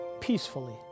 peacefully